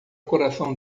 coração